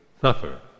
suffer